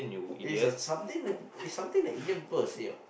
it's a something that it's something that Indian people will say what